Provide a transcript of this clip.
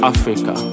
Africa